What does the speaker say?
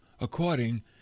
according